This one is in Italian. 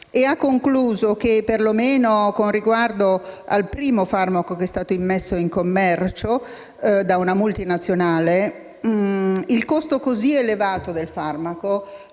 e ha concluso, perlomeno con riguardo al primo farmaco che è stato immesso in commercio da una multinazionale, che il costo così elevato del farmaco